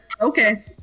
Okay